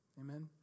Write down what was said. Amen